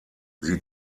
sie